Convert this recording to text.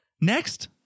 Next